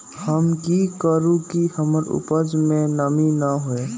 हम की करू की हमर उपज में नमी न होए?